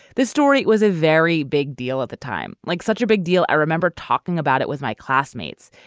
this story was a very big deal at the time. like such a big deal i remember talking about it with my classmates.